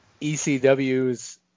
ecw's